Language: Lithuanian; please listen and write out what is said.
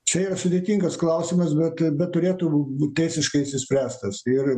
čia yra sudėtingas klausimas bet bet turėtų būt teisiškai išspręst tas ir